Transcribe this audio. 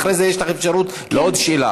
אחרי זה יש לך אפשרות לעוד שאלה.